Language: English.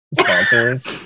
sponsors